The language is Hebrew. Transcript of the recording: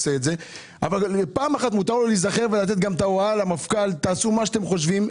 פעם אחת מותר לו להיזכר ולתת הוראה למפכ"ל: תעשו מה שאתם חושבים.